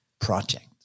project